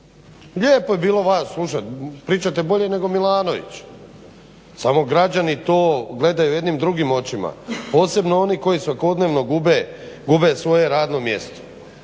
Lijepo je bilo vas slušati, pričate bolje nego Milanović, samo građani to gledaju jednim drugim očima. Posebno oni koji svakodnevno gube svoje radno mjesto.